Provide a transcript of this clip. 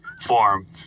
form